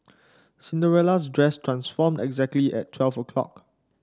Cinderella's dress transformed exactly at twelve o'clock